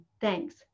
Thanks